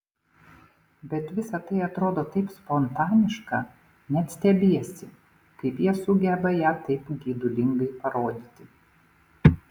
bet visa tai atrodo taip spontaniška net stebiesi kaip jie sugeba ją taip geidulingai parodyti